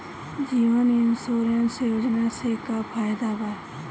जीवन insurance योजना से का फायदा बा?